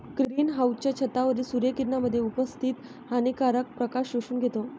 green हाउसच्या छतावरील सूर्य किरणांमध्ये उपस्थित हानिकारक प्रकाश शोषून घेतो